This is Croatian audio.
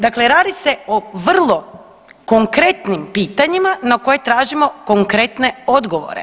Dakle, radi se o vrlo konkretnim pitanjima na koje tražimo konkretne odgovore.